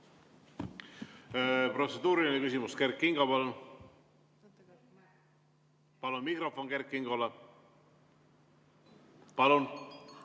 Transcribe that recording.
Protseduuriline küsimus, Kert Kingo, palun! Palun mikrofon Kert Kingole. Palun!